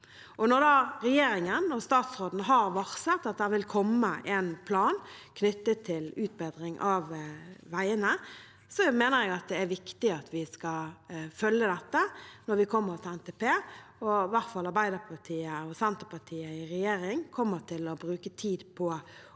Når regjeringen og statsråden har varslet at det vil komme en plan knyttet til utbedring av veiene, mener jeg det er viktig at vi skal følge dette når vi kommer til NTP. I hvert fall kommer Arbeiderpartiet og Senterpartiet i regjering til å bruke tid på å